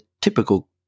typical